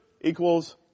equals